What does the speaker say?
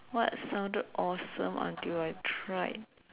what sounded awesome until I tried